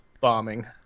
bombing